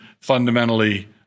fundamentally